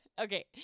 Okay